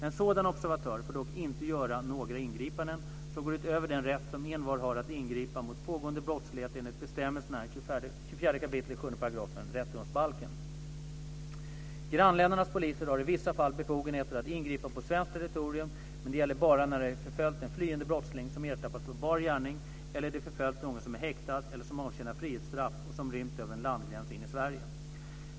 En sådan observatör får dock inte göra några ingripanden som går utöver den rätt som envar har att ingripa mot pågående brottslighet enligt bestämmelsen i 24 kap. 7 § rättegångsbalken. Grannländernas poliser har i vissa fall befogenheter att ingripa på svenskt territorium, men det gäller bara när de förföljt en flyende brottsling som ertappats på bar gärning eller när de förföljt någon som är häktad eller som avtjänar frihetsstraff och som rymt över en landgräns in i Sverige.